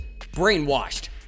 brainwashed